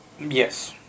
Yes